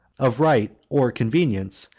of right or convenience,